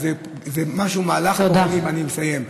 זה מהלך, אני מסיים.